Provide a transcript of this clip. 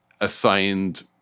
assigned